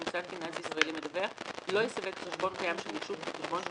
מוסד פיננסי ישראלי מדווח לא יסווג חשבון קיים של ישות כחשבון של